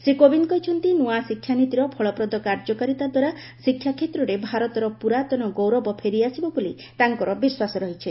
ଶ୍ରୀ କୋବିନ୍ଦ କହିଛନ୍ତି ନୂଆ ଶିକ୍ଷାନୀତିର ଫଳପ୍ରଦ କାର୍ଯ୍ୟକାରିତା ଦ୍ୱାରା ଶିକ୍ଷାକ୍ଷେତ୍ରରେ ଭାରତର ପୁରାତନ ଗୌରବ ଫେରିଆସିବ ବୋଲି ତାଙ୍କର ବିଶ୍ୱାସ ରହିଛି